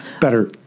better